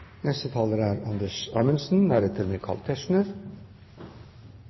Neste taler er